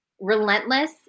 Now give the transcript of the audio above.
relentless